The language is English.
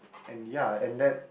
and ya and that